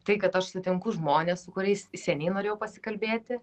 tai kad aš sutinku žmones su kuriais seniai norėjau pasikalbėti